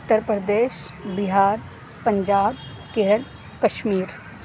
Uttar Pradesh Bihar Punjab Kerala Kashmir